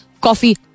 coffee